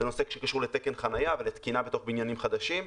זה נושא שקשור לתקן חניה ולתקינה בתוך בניינים חדשים.